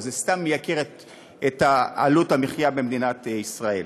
זה סתם מייקר את עלות המחיה במדינת ישראל.